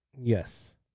Yes